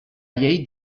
llei